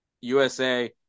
USA